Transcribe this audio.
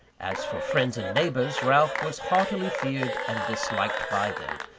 as for friends and neighbours, ralph was heartily feared and disliked by them,